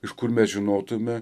iš kur mes žinotume